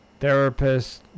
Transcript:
therapists